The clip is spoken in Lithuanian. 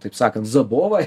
taip sakant zobovą